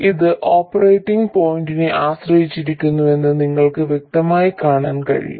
ഇത് ഓപറേറ്റിങ് പോയിന്റിനെ ആശ്രയിച്ചിരിക്കുന്നുവെന്ന് നിങ്ങൾക്ക് വ്യക്തമായി കാണാൻ കഴിയും